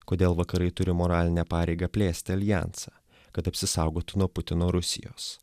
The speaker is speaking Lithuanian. kodėl vakarai turi moralinę pareigą plėsti aljansą kad apsisaugotų nuo putino rusijos